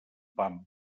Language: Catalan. pam